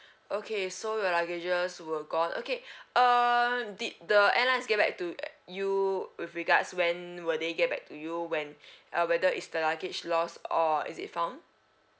okay so your luggages were gone okay um did the airlines get back to you with regards when will they get back to you when uh whether it's the luggage lost or is it found